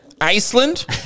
iceland